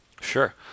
Sure